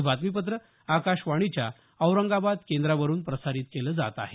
हे बातमीपत्र आकाशवाणीच्या औरंगाबाद केंद्रावरून प्रसारित केल जात आहे